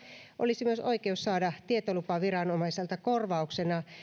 olisi myös oikeus saada tietolupaviranomaiselta korvauksena